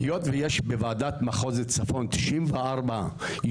היות ויש בוועדת מחוז צפון 94 יישובים,